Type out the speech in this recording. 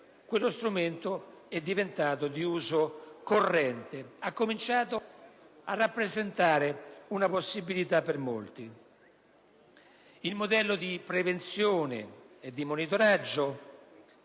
lo stesso è diventato di uso corrente e ha cominciato a rappresentare una possibilità per molti. Il modello di prevenzione e di monitoraggio